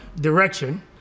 direction